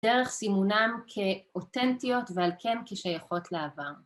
דרך סימונם כאותנטיות ועל כן כשייכות לעבר